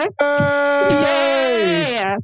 yay